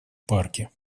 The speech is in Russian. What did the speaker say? парке